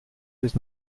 bis